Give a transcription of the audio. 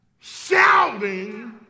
shouting